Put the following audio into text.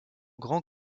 grand